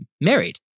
married